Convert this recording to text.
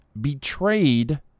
betrayed